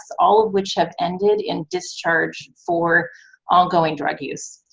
all of which have ended in discharge for ongoing drug use.